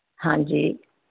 ਹਾਂਜੀ